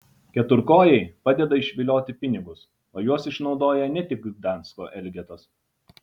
keturkojai padeda išvilioti pinigus o juos išnaudoja ne tik gdansko elgetos